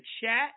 chat